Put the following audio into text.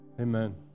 Amen